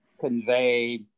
convey